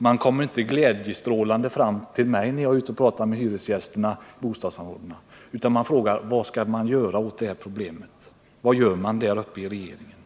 De kommer inte glädjestrålande fram till mig när jag är ute och pratar med hyresgästerna i bostadsområdena, utan de frågar: Vad skall man göra åt detta problem? Vad gör regeringen där uppe? Det finns inget svar.